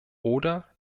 oder